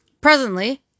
presently